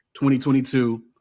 2022